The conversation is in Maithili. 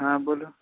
हँ बोलु